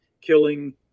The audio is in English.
killing